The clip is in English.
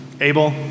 Abel